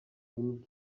rurimi